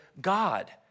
God